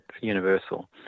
universal